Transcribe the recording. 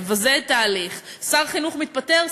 מבזה את ההליך: שר חינוך מתפטר,